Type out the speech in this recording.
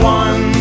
one